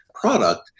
product